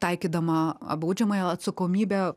taikydama baudžiamąją atsakomybę